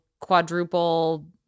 quadruple